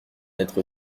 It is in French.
être